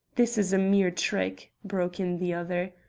this is a mere trick, broke in the other.